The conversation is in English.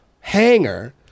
hanger